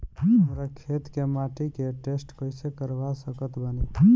हमरा खेत के माटी के टेस्ट कैसे करवा सकत बानी?